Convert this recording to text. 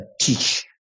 teach